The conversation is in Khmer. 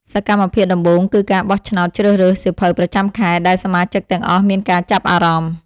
សកម្មភាពដំបូងគឺការបោះឆ្នោតជ្រើសរើសសៀវភៅប្រចាំខែ ដែលសមាជិកទាំងអស់មានការចាប់អារម្មណ៍។